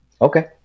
Okay